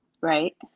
Right